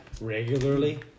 Regularly